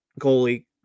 goalie